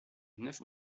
neuf